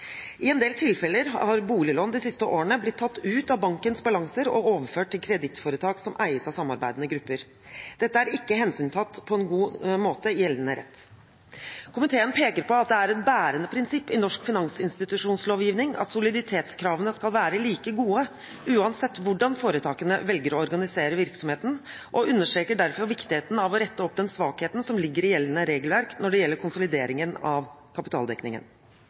I en del tilfeller har boliglån de siste årene blitt tatt ut av bankenes balanser og overført til kredittforetak som eies av samarbeidende grupper. Dette er ikke hensyntatt på en god måte i gjeldende rett. Komiteen peker på at det er et bærende prinsipp i norsk finansinstitusjonslovgivning at soliditetskravene skal være like gode uansett hvordan foretakene velger å organisere virksomheten, og understreker derfor viktigheten av å rette opp den svakheten som ligger i gjeldende regelverk når det gjelder konsolidering av kapitaldekningen.